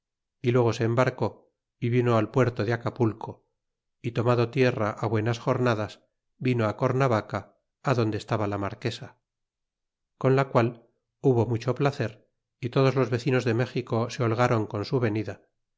y luego se embarcó y vino al puerto de acapulco y tomado tierra á buenas jornadas vino cornavaca á donde estaba la marquesa con la qual hubo mucho placer y todos los vecinos de méxico se holgaron con su venida